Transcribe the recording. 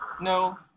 no